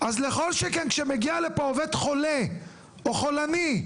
אז לא כל שכן כשמגיע לפה עובד חולה או חולני,